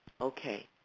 okay